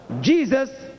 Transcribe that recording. Jesus